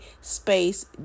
space